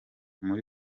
muri